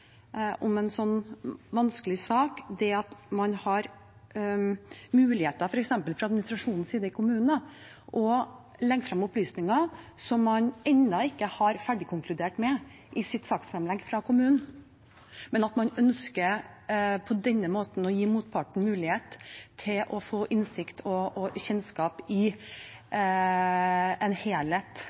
om en slik vanskelig sak, har muligheter f.eks. fra administrasjonens side i kommunen til å legge frem opplysninger som man ennå ikke er ferdig konkludert på i sitt saksfremlegg. Man ønsker på denne måten å gi motparten mulighet til å få innsikt i og kjennskap til en helhet